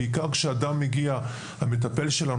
בעיקר שהמטפל שלנו,